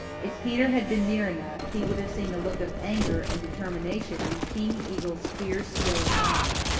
if peter had been near enough he would have seen a look of anger and determination in king eagle's fierce, yellow eyes.